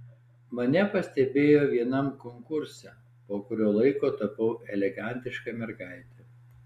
mane pastebėjo vienam konkurse po kurio laiko tapau elegantiška mergaite